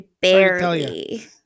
Barely